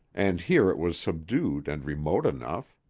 and here it was subdued and remote enough.